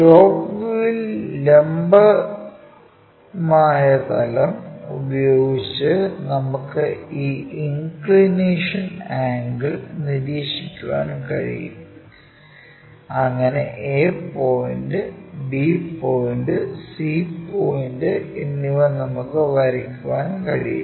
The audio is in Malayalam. ടോപ് വ്യൂവിൽ ലംബമായ തലം ഉപയോഗിച്ച് നമുക്ക് ഈ ഇൻക്ക്ളിനേഷൻ ആംഗിൾ നിരീക്ഷിക്കാൻ കഴിയും അങ്ങനെ a point b point c point എന്നിവ നമുക്ക് വരയ്ക്കാൻ കഴിയും